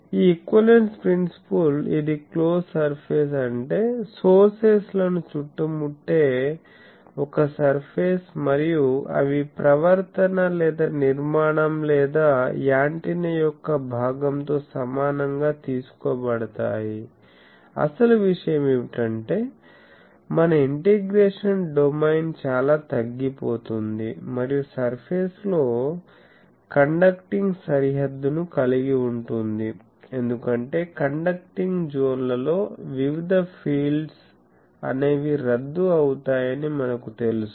ఈ equivalence principle కి ఇది క్లోజ్ సర్ఫేస్ అంటే సోర్సెస్ లను చుట్టుముట్టే ఒక సర్ఫేస్ మరియు అవి ప్రవర్తన లేదా నిర్మాణం లేదా యాంటెన్నా యొక్క భాగంతో సమానంగా తీసుకోబడతాయి అసలు విషయం ఏమిటంటే మన ఇంటిగ్రేషన్ డొమైన్ చాలా తగ్గిపోతుంది మరియు సర్ఫేస్ లో కండక్టింగ్ సరిహద్దును కలిగి ఉంటుంది ఎందుకంటే కండక్టింగ్ జోన్లలో వివిధ ఫీల్డ్స్ అనేవి రద్దు అవుతాయని మనకు తెలుసు